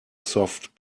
soft